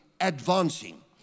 advancing